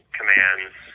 commands